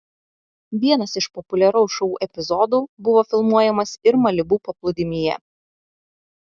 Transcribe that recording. vienas iš populiaraus šou epizodų buvo filmuojamas ir malibu paplūdimyje